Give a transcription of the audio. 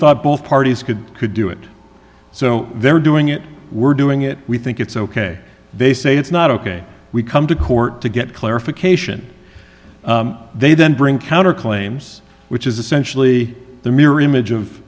thought both parties could could do it so they're doing it we're doing it we think it's ok they say it's not ok we come to court to get clarification they then bring counter claims which is essentially the mirror image of